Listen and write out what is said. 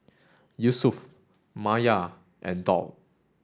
Yusuf Maya and Daud